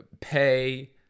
pay